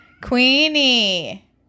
queenie